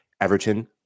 Everton